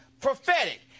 prophetic